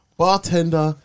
bartender